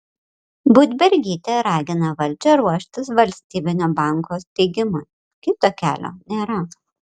budbergytė ragina valdžią ruoštis valstybinio banko steigimui kito kelio nėra